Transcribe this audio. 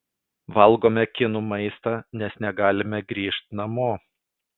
valgome kinų maistą nes negalime grįžt namo